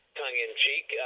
tongue-in-cheek